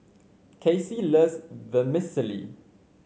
Kasey loves Vermicelli